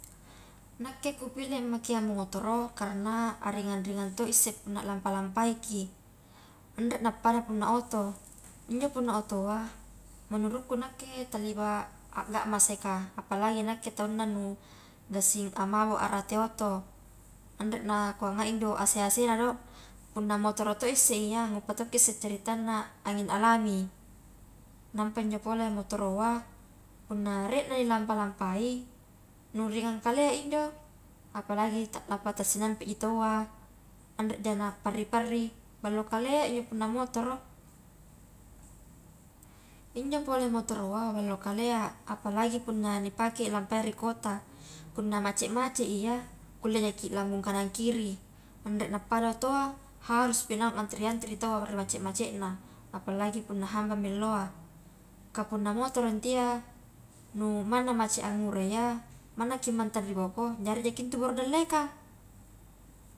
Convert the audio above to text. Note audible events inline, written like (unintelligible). Nakke kupilih ammakea motoro karna a ringan-ringan to isse punna lampa-lampaiki anre nappada punna oto, injo punna otoa menurutku nakke talliwa a gamasai ka apalagi nakke taunna nu gassing a mamo rate oto, anre kua ngai injo ase-asena do, punna motoro to isse iya nguppa tokki isse caritanna angin alami, nampa injo pole motoroa punna rie na li lampa-lampai nu ringang kalea injo, apalagi lampa ta sinampe ji tawwa anreja na parri-parri ballo kalea injo punna motoro, injo pole motoroa ballo kalea apalagi punna nipake lampa iya ri kota punna macet-macet iya kulle jaki lambung kanan kiri anre na pada otoa haruspi naung antri-antri taua ri macet-macetna apalagi punna hambangmi alloa, ka punna motoro ntu iya nu manna macet angura iya mannaki mantang ri boko jari jaki intu (unintelligible) ri dallekang.